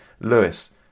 Lewis